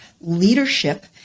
leadership